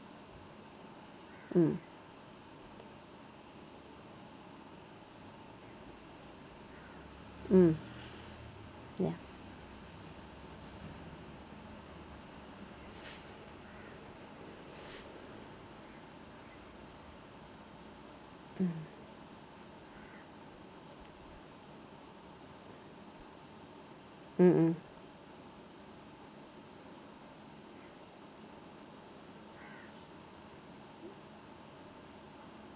mm mm ya mm mm